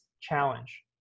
Challenge